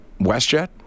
WestJet